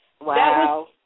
Wow